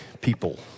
people